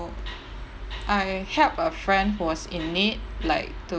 I helped a friend who was in need like